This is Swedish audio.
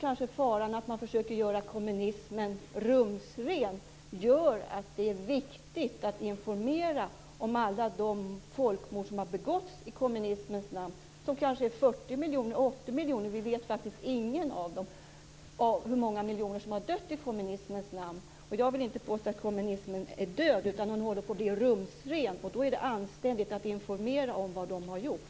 Just faran att man försöker göra kommunismen rumsren gör det viktigt att informera om alla de folkmord som har begåtts i kommunismens namn. Det kanske rör sig om 40 miljoner eller 80 miljoner - ingen av oss vet hur många miljoner som har dött i kommunismens namn. Jag vill inte påstå att kommunismen är död, utan den håller på att bli rumsren. Då är det anständigt att informera om vad kommunisterna har gjort.